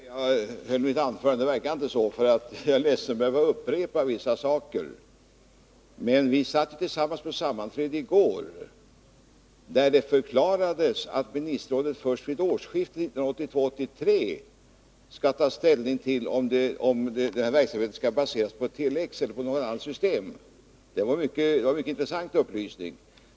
Fru talman! Gunnel Jonäng var kanske inte inne i kammaren när jag höll mitt anförande — det verkar inte så — och jag är ledsen att behöva upprepa vissa saker. Vi satt tillsammans på ett sammanträde i går, där det förklarades att ministerrådet först vid årsskiftet 1982-1983 skall ta ställning till om verksamheten skall baseras på Tele-X eller på något annat system. Det var en mycket intressant upplysning.